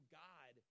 god